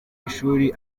ishuri